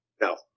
No